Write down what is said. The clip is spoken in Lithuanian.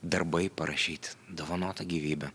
darbai parašyti dovanota gyvybė